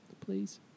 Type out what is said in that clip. please